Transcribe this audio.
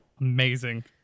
Amazing